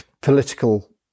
political